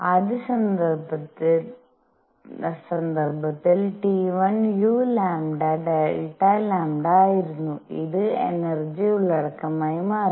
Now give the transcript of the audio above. ആദ്യ സന്ദർഭത്തിൽ T₁ uλ Δ λ ആയിരുന്നു ഇത് എനർജി ഉള്ളടക്കമായി മാറി